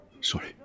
Sorry